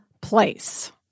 place